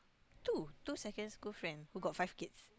two two secondary school friend who got five kids